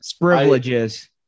Privileges